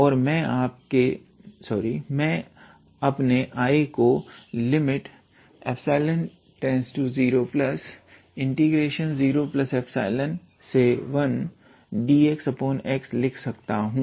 और मैं अपने I को ∈→00∈1dxx लिख सकता हूं